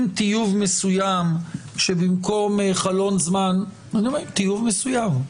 עם טיוב מסוים שבמקום חלון זמן אני אומר טיוב מסוים,